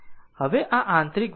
હવે આ આંતરિક વર્તુળ છે